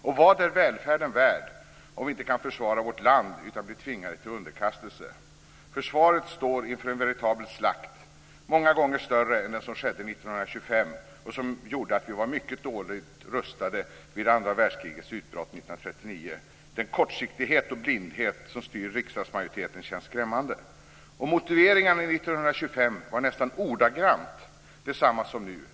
Och vad är välfärden värd, om vi inte kan försvara vårt land utan blir tvingade till underkastelse? Försvaret står inför en veritabel slakt, många gånger större än den som skedde 1925 och som gjorde att vi var mycket dåligt rustade vid andra världskrigets utbrott 1939. Den kortsiktighet och blindhet som styr riksdagsmajoriteten känns skrämmande. Motiveringarna 1925 var nästan ordagrant desamma som nu.